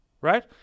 Right